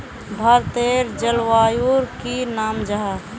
भारतेर जलवायुर की नाम जाहा?